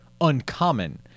uncommon